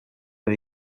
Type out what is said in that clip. but